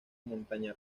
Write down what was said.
montaña